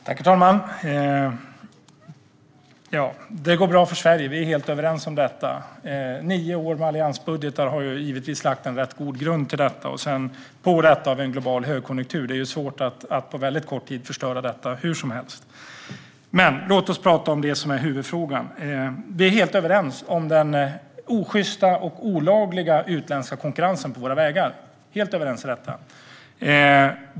Herr talman! Det går bra för Sverige. Vi är helt överens om detta. Nio år med alliansbudgetar har givetvis lagt en rätt god grund för det, och på det har vi en global högkonjunktur. Det är svårt att på väldigt kort tid förstöra detta. Hur som helst, låt oss tala om det som är huvudfrågan. Vi är helt överens om den osjysta och olagliga utländska konkurrensen på våra vägar.